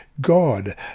God